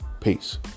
Peace